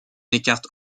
écarte